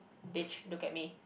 beach look at me